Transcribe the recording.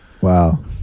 Wow